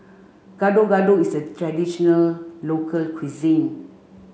Gado gado is a traditional local cuisine